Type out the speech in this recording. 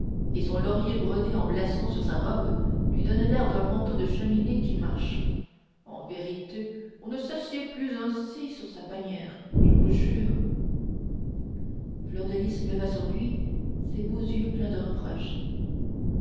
et son laurier brodés en blason sur sa robe lui donnent l'air d'un manteau de cheminée qui marche en vérité on ne s'assied plus ainsi sur sa bannière je vous jure fleur de lys leva sur lui ses beaux yeux pleins de reproche